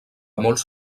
molts